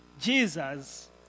Jesus